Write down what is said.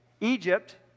Egypt